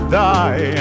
die